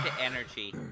Energy